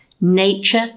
nature